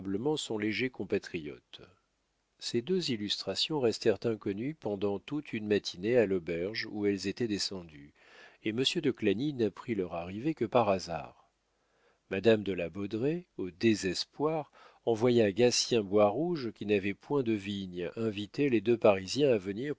son léger compatriote ces deux illustrations restèrent inconnues pendant toute une matinée à l'auberge où elles étaient descendues et monsieur de clagny n'apprit leur arrivée que par hasard madame de la baudraye au désespoir envoya gatien boirouge qui n'avait point de vignes inviter les deux parisiens à venir